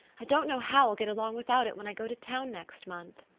i don't know how i'll get along without it when i go to town next month.